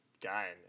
guy